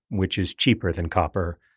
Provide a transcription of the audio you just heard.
which is cheaper than copper.